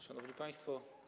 Szanowni Państwo!